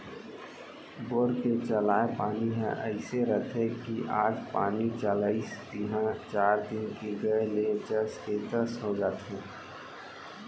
bore के चलाय पानी ह अइसे रथे कि आज पानी चलाइस तिहॉं चार दिन के गए ले जस के तस हो जाथे